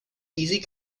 easy